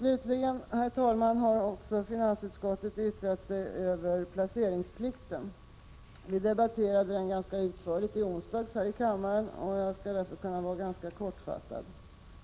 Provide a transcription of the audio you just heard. Herr talman! Slutligen har finansutskottet också yttrat sig över placeringsplikten. Vi debatterade denna ganska utförligt här i kammaren i onsdags, och jag kan därför vara ganska kortfattad.